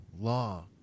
law